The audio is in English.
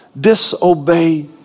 disobey